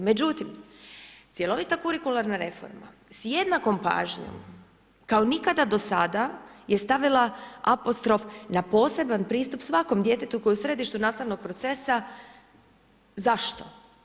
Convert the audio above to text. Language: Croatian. Međutim, cjelovita kurikularna reforma s jednakom pažnjom kao nikada do sada je stavila apostrof na poseban pristup svakom djetetu koje je u središtu nastavnog procesa, zašto?